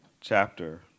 chapter